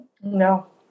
No